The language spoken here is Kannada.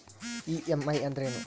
ಇ.ಎಮ್.ಐ ಅಂದ್ರೇನು?